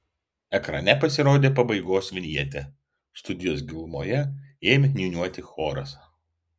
ekrane pasirodė pabaigos vinjetė studijos gilumoje ėmė niūniuoti choras